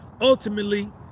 ultimately